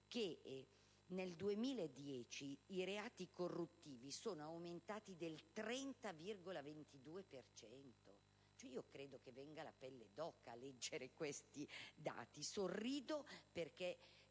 che nel 2010 i reati corruttivi sono aumentati del 30,22 per cento! Viene la pelle d'oca a leggere questi dati e sorrido perché